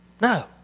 No